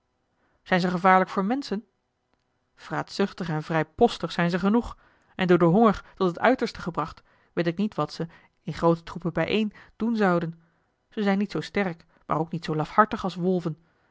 zijn ze gevaarlijk voor menschen vraatzuchtig en vrijpostig zijn ze genoeg en door den honger tot het uiterste gebracht weet ik niet wat ze in groote troepen bijeen doen zouden ze zijn niet zoo sterk maar ook niet zoo lafhartig als wolven